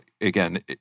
again